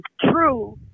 true